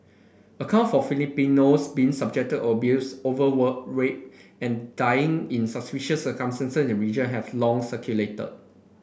account for Filipinos being subjected to abuse overwork rape and dying in suspicious circumstances in the region have long circulated